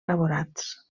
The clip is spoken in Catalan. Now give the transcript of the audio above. elaborats